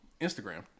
Instagram